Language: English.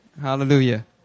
Hallelujah